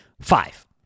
Five